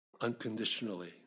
unconditionally